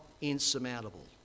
insurmountable